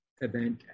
event